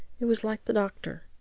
it was like the doctor,